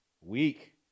weak